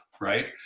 right